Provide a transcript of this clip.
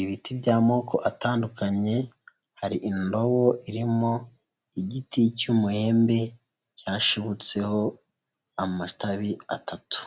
ibiti by'amoko atandukanye, hari indobo irimo igiti cy'umuhembe cyashibutseho amatabi atatu.